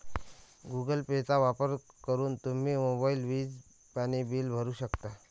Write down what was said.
Google पेचा वापर करून तुम्ही मोबाईल, वीज, पाणी बिल भरू शकता